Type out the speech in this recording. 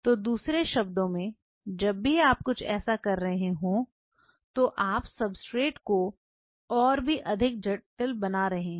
तो दूसरे शब्दों में जब भी आप कुछ ऐसा कर रहे हैं तो आप सबस्ट्रेट को और भी अधिक जटिल बना रहे हैं